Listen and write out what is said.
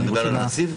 אתה מדבר על הנציב?